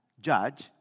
judge